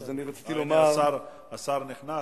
הנה, השר נכנס.